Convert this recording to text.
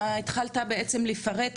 אתה התחלת בעצם לפרט,